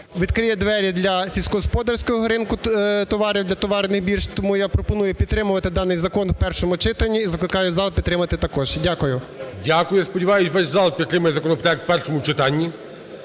відкриє двері для сільськогосподарського ринку товарів, для товарних бірж. Тому я пропоную підтримувати даний закон у першому читанні і закликаю зал підтримати також. Дякую. ГОЛОВУЮЧИЙ. Дякую. Я сподіваюсь, увесь зал підтримує законопроект у першому читанні.